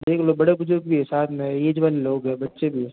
देख लो बड़े बुजुर्ग भी है साथ में ऐज वाले लोग हैं बच्चे भी हैं